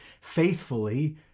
faithfully